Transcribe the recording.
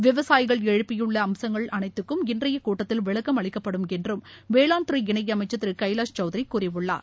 விவசாயிகள் எழுப்பியுள்ள அச்சங்கள் அனைத்துக்கும் இன்றைய கூட்டத்தில் விளக்கம் அளிக்கப்படும் என்றும் வேளாண்துறை இணையமைச்சர் திரு கைலாஷ் சௌத்ரி கூறியுள்ளார்